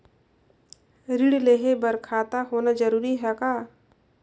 ऋण लेहे बर खाता होना जरूरी ह का?